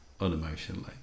unemotionally